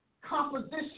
composition